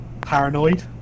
paranoid